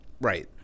right